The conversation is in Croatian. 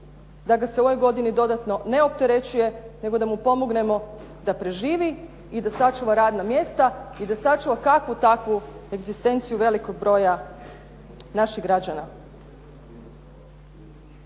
da ga se u ovoj godini dodatno ne opterećuje, nego da mu pomognemo da preživi i da sačuva radna mjesta i da sačuva kakvu takvu egzistenciju velikog broja naših građana.